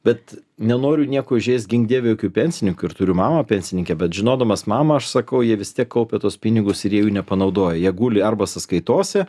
bet nenoriu nieko įžeist gink dieve jokių pensininkų ir turiu mamą pensininkę bet žinodamas mamą aš sakau jie vis tiek kaupia tuos pinigus ir jie jų nepanaudoja jie guli arba sąskaitose